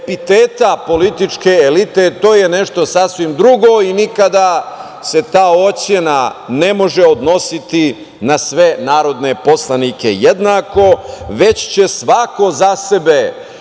epiteta političke elite, to je nešto sasvim drugo i nikada se ta ocena ne može odnositi na sve narodne poslanike jednako, već će svako za sebe